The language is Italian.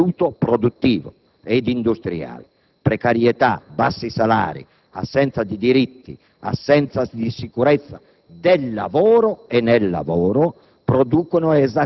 guasti sociali e impoverimento del tessuto produttivo ed industriale. Precarietà, bassi salari, assenza di diritti, assenza di sicurezza